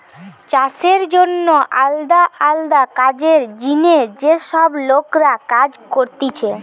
চাষের জন্যে আলদা আলদা কাজের জিনে যে সব লোকরা কাজ করতিছে